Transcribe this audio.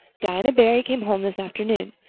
diana barry came home this afternoon.